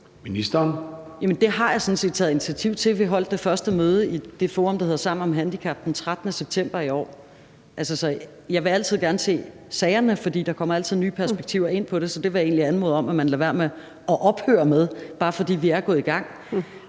jeg sådan set taget initiativ til. Vi holdt det første møde i det forum, der hedder Sammen om handicap, den 13. september i år. Jeg vil altid gerne se sagerne, for der kommer altid nye perspektiver på det. Så jeg vil egentlig anmode om, at man lader være med at ophøre med det, bare fordi vi er gået i gang.